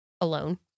alone